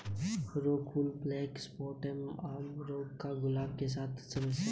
फूल रोग black spot एक, आम कवक रोग है, गुलाब के साथ बड़ी समस्या है